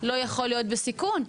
לא יכול להיות בסיכון,